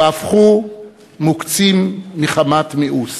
והפכו מוקצים מחמת מיאוס.